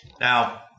Now